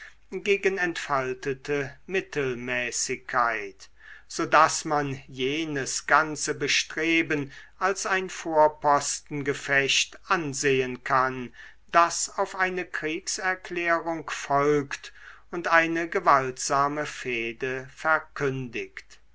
gegen entfaltete mittelmäßigkeit so daß man jenes ganze betragen als ein vorpostengefecht ansehen kann das auf eine kriegserklärung folgt und eine gewaltsame fehde verkündigt